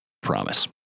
Promise